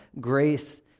grace